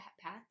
path